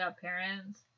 parents